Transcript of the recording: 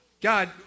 God